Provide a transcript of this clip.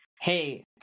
Hey